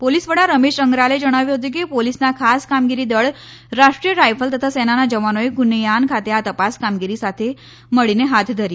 police વડા રમેશ અંગ્રાલે જણાવ્યું હતું કે પોલીસના ખાસ કામગીરી દળ રાષ્ટ્રીય રાઈફલ તથા સેનાના જવાનોએ કુનૈયાન ખાતે આ તપાસ કામગીરી સાથે મળીને હાથ ધરી હતી